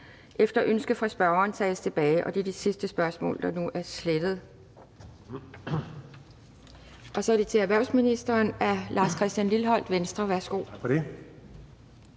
efter ønske fra spørgeren tages tilbage. Og det er det sidste spørgsmål, der nu er slettet. Det næste spørgsmål er til erhvervsministeren af Lars Christian Lilleholt, Venstre. Værsgo.